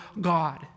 God